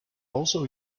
also